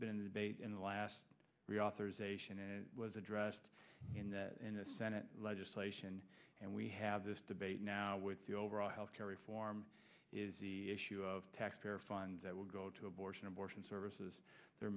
debated in the last reauthorization it was addressed in the senate legislation and we have this debate now with the overall health care reform is the issue of taxpayer funds that will go to abortion abortion services there